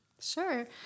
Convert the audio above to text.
Sure